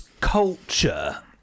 culture